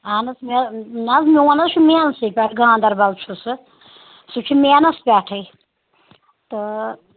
اہن حظ مےٚ نہ حظ میون حظ چھُ مینسٕے پٮ۪ٹھ گانٛدربل چھُ سُہ سُہ چھُ مینَس پٮ۪ٹھٕے تہٕ